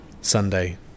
Sunday